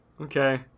Okay